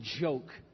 joke